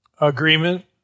Agreement